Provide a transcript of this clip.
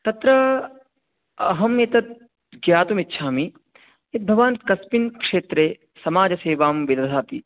तत्र अहम् एतत् ज्ञातुमिच्छामि भवान् कस्मिन् क्षेत्रे समाजसेवां विदधाति